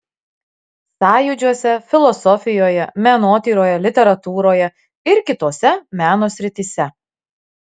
sąjūdžiuose filosofijoje menotyroje literatūroje ir kitose meno srityse